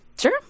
Sure